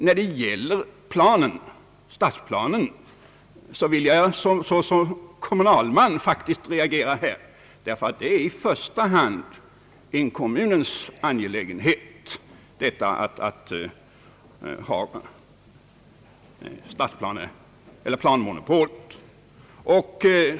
När det gäller kritiken av stadsplanen reagerar jag faktiskt som kommunalman därför att genom planmonopolet är det i första hand en kommunens angelägenhet.